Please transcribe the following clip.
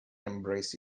embrace